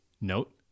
note